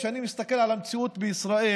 כשאני מסתכל על המציאות בישראל,